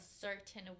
certain